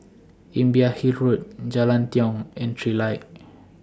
Imbiah Hill Road Jalan Tiong and Trilight